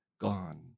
gone